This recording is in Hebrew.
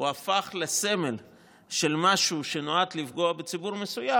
הפך לסמל של משהו שנועד לפגוע בציבור מסוים,